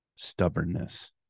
stubbornness